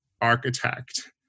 architect